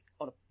on